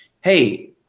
Hey